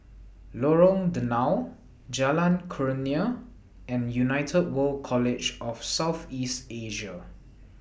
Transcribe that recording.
Lorong Danau Jalan Kurnia and United World College of South East Asia